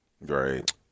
Right